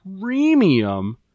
premium